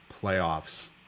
playoffs